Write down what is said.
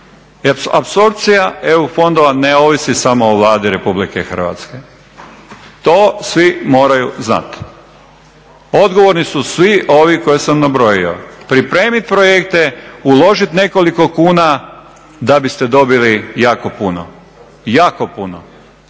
apsorpcija EU fondova ne ovisi samo o Vladi Republike Hrvatske. To svi moraju znat. Odgovorni su svi ovi koje sam nabrojio. Pripremit projekte, uložit nekoliko kuna da biste dobili jako puno, jako puno.